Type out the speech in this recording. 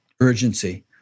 urgency